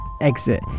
exit